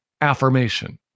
affirmation